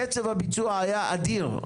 קצב הביצוע היה אדיר.